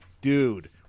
dude